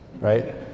right